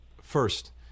First